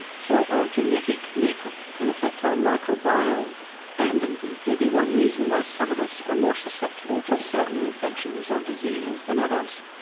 so our genetic makeup can affect our microbiome and indeed may be one reason why some of us are more susceptible to certain infections or diseases than others.